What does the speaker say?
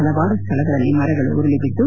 ಹಲವಾರು ಸ್ಥಳಗಳಲ್ಲಿ ಮರಗಳು ಉರುಳಿಬಿದ್ದು